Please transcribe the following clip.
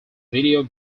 video